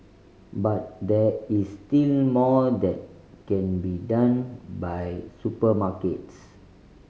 but there is still more that can be done by supermarkets